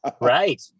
Right